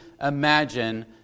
imagine